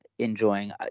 Enjoying